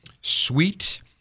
sweet